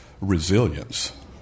resilience